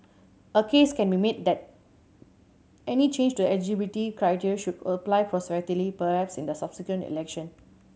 a case can be made that any change to the eligibility criteria should apply prospectively perhaps in the subsequent election